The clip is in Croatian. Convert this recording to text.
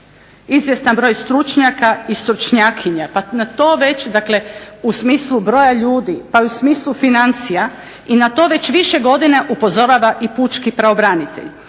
izvjestan broj stručnjaka i stručnjakinja, pa na to već dakle u smislu broja ljudi, pa i u smislu financija, i na to već više godina upozorava i pučki pravobranitelj,